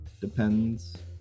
depends